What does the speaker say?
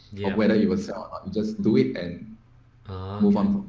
yeah whether you would so just do it and move on.